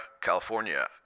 California